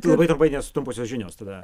labai trumpai nes trumposios žinios tada